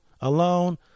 alone